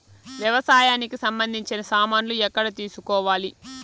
వ్యవసాయానికి సంబంధించిన సామాన్లు ఎక్కడ తీసుకోవాలి?